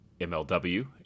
MLW